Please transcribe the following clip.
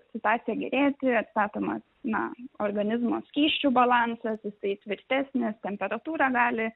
situacija gerėti atstatomas na organizmo skysčių balansas jisai tvirtesnis temperatūrą gali